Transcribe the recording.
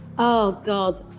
oh, god.